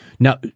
Now –